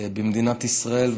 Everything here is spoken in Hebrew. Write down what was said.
במדינת ישראל,